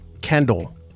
Kendall